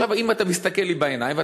אם אתה מסתכל לי בעיניים,